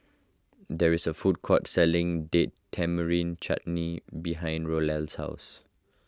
there is a food court selling Date Tamarind Chutney behind Roel's house